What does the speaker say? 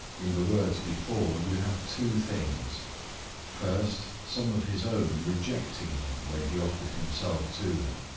in the words before, you have two things first, some of his own rejecting him when he offered himself to them.